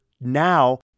now